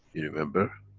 you remember?